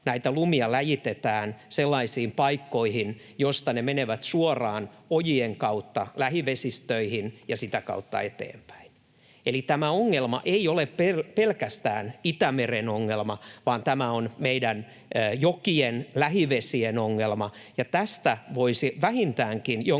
näitä lumia läjitetään sellaisiin paikkoihin, joista ne menevät suoraan ojien kautta lähivesistöihin ja sitä kautta eteenpäin. Eli tämä ongelma ei ole pelkästään Itämeren ongelma, vaan tämä on meidän jokien ja lähivesien ongelma. Ja tästä voisi ympäristövaliokunta